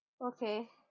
Okay